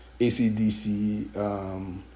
ACDC